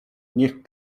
niech